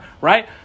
right